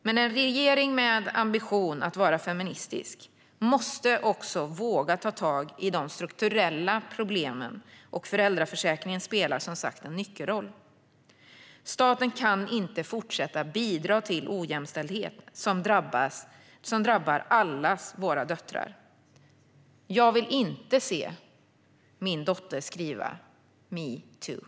Men en regering med ambition att vara feministisk måste också våga ta tag i de strukturella problemen, och föräldraförsäkringen spelar som sagt en nyckelroll. Staten kan inte fortsätta att bidra till ojämställdhet som drabbar allas våra döttrar. Jag vill inte se min dotter skriva: metoo.